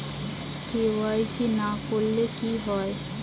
KYC না করলে কি হয়?